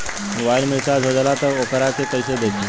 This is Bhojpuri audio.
मोबाइल में रिचार्ज हो जाला त वोकरा के कइसे देखी?